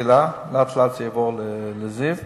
ולאט-לאט זה יעבור ל"זיו",